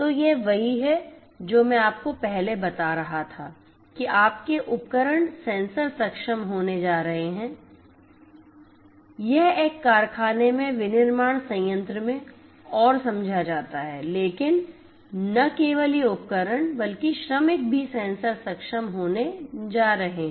तो यह वही है जो मैं आपको पहले बता रहा था कि आपके उपकरण सेंसर सक्षम होने जा रहे हैं यह एक कारखाने में विनिर्माण संयंत्र में और समझा जाता है लेकिन न केवल ये उपकरण बल्कि श्रमिक भी सेंसर सक्षम होने जा रहे हैं